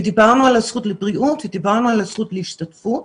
ודיברנו על הזכות לבריאות ודיברנו על הזכות להשתתפות.